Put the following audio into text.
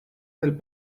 del